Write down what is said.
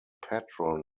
patron